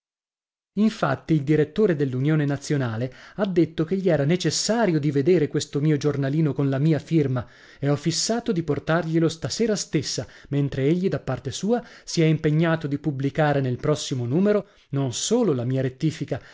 infatti il direttore dell'unione nazionale ha detto che gli era necessario di vedere questo mio giornalino con la mia firma e ho fissato di portarglielo stasera stessa mentre egli da parte sua si è impegnato di pubblicare nel prossimo numero non solo la mia rettifica